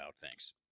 Thanks